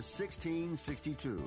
1662